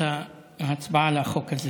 אני מודה לך על שאישרת את ההצבעה על החוק הזה.